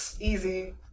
easy